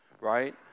Right